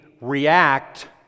react